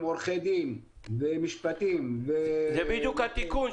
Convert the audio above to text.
עורכי דין ומשפטים --- זה בדיוק התיקון.